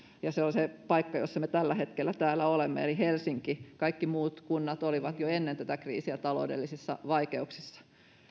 ja se on se paikka jossa me tällä hetkellä olemme eli helsinki kaikki muut kunnat olivat jo ennen tätä kriisiä taloudellisissa vaikeuksissa